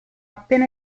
appena